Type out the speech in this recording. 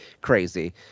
Crazy